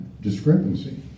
discrepancy